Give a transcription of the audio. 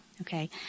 okay